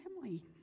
family